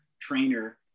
trainer